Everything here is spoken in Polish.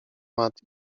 matt